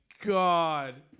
God